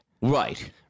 Right